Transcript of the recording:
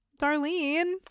Darlene